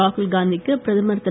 ராகுல் காந்திக்கு பிரதமர் திரு